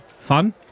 fun